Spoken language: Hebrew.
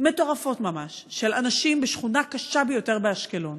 מטורפות ממש, של אנשים בשכונה קשה ביותר באשקלון